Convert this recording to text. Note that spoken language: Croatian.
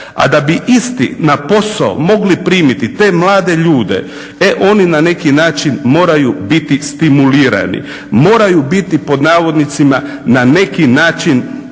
a da bi isti na posao mogli primiti te mlade ljude e oni na neki način moraju biti stimulirani, moraju biti pod navodnicima na neki način